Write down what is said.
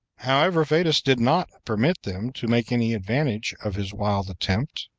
however, fadus did not permit them to make any advantage of his wild attempt,